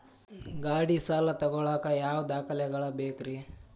ಗಾಡಿ ಸಾಲ ತಗೋಳಾಕ ಯಾವ ದಾಖಲೆಗಳ ಬೇಕ್ರಿ?